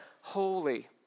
holy